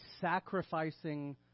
sacrificing